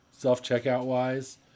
self-checkout-wise